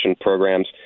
programs